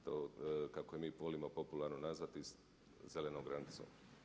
To kako je mi volimo popularno nazvati zelenom granicom.